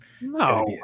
No